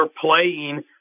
playing